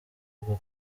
bwo